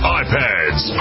iPads